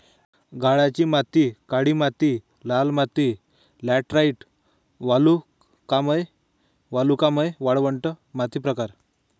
गाळाची माती काळी माती लाल माती लॅटराइट वालुकामय वालुकामय वाळवंट माती प्रकार